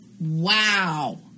wow